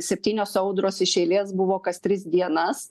septynios audros iš eilės buvo kas tris dienas